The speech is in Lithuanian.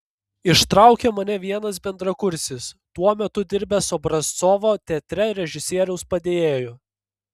ištraukė mane vienas bendrakursis tuo metu dirbęs obrazcovo teatre režisieriaus padėjėju